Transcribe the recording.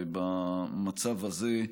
ובמצב הזה,